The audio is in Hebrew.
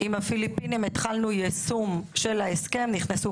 עם הפיליפינים התחלנו יישום של ההסכם ונכנסו